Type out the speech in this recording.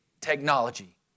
technology